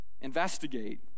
investigate